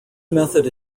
method